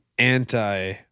Anti